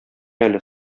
әле